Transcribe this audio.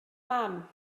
mam